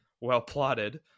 well-plotted